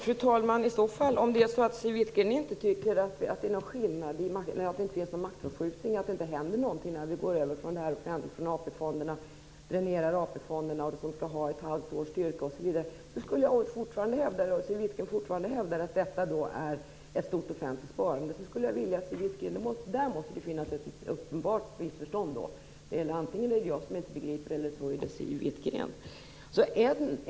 Fru talman! Siw Wittgren-Ahl tycker inte att det finns någon maktförskjutning, och hon tycker inte att det händer något när vi dränerar AP-fonderna. Om Siw Wittgren-Ahl fortfarande hävdar att det finns ett stort offentligt sparande måste det finnas ett uppenbart missförstånd. Antingen är det jag som inte begriper, eller så är det Siw Wittgren-Ahl.